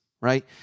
right